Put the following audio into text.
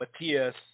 Matias